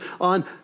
on